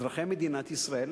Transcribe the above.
אזרחי מדינת ישראל,